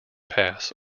pass